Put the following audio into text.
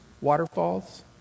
waterfalls